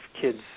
kids